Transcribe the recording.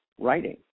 writing